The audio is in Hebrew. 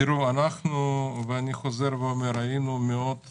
אני חוזר ואומר, היינו מאוד ברורים,